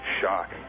shock